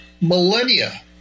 millennia